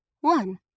one